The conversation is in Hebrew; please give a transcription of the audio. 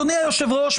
אדוני היושב-ראש,